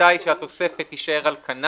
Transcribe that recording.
ההחלטה היא שהתוספת תישאר על כנה,